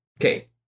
Okay